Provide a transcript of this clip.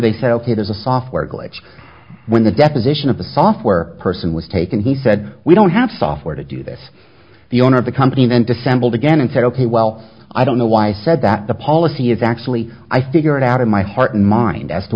they say ok it is a software glitch when the deposition of the software person was taken he said we don't have software to do this the owner of the company then dissembled again and said ok well i don't know why i said that the policy is actually i figure it out of my heart and mind as to